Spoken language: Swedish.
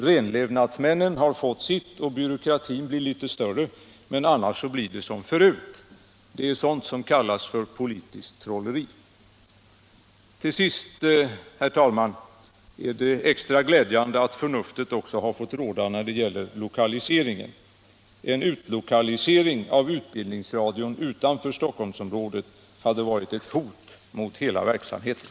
Renlevnadsmännen har fått sitt och byråkratin 87 Radio och television i utbildningsväsendet blir litet större, men annars blir det som förut. Det är sådant som kallas för politiskt trolleri. Till sist, herr talman, är det extra glädjande att förnuftet också har fått råda när det gäller lokaliseringen. En utlokalisering av utbildningsradion utanför Stockholmsområdet hade varit ett hot mot hela verksamheten.